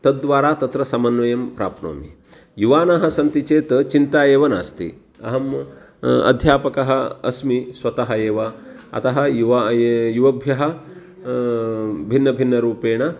तद् द्वारा तत्र समन्वयं प्राप्नोमि युवानः सन्ति चेत् चिन्ता एव नास्ति अहं अध्यापकः अस्मि स्वतः एव अतः युवा युवभ्यः भिन्नभिन्नरूपेण